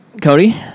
Cody